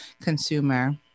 consumer